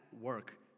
work